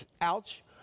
Ouch